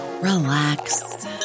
relax